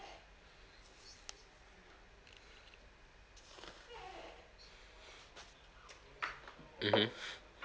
mmhmm